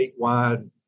statewide